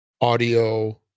audio